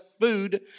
food